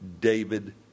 David